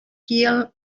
kiel